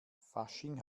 fasching